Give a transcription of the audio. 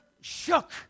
shook